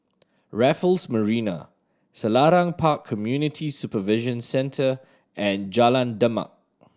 Raffles Marina Selarang Park Community Supervision Centre and Jalan Demak